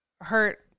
hurt